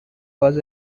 was